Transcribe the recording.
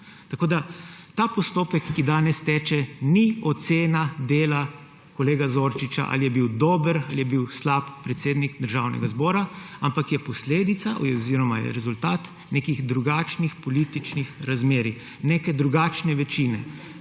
razumel. Ta postopek, ki danes teče, ni ocena kolega Zorčiča, ali je bil dober ali je bil slab predsednik Državnega zbora, ampak je posledica oziroma je rezultat nekih drugačnih političnih razmerij, neke drugačne večine.